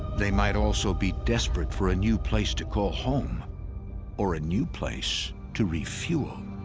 they might also be desperate for a new place to call home or a new place to refuel.